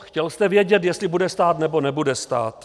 Chtěl jste vědět, jestli bude stát nebo nebude stát.